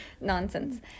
nonsense